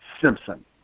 Simpson